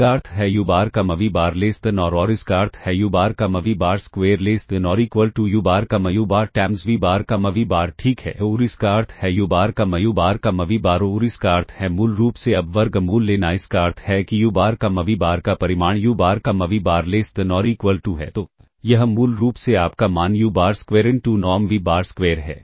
इसका अर्थ है u bar comma v bar less than or or इसका अर्थ है u bar comma v bar square less than or equal to u bar comma u bar times v bar comma v bar ठीक है और इसका अर्थ है u bar comma u bar comma v bar और इसका अर्थ है मूल रूप से अब वर्गमूल लेना इसका अर्थ है कि u bar comma v bar का परिमाण u bar comma v bar less than or equal to है तो यह मूल रूप से आपका मान u bar square into norm v bar square है